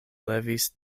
levis